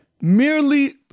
merely